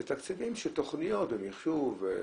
הם תקציבים של תוכניות ומחשוב ושדרוג,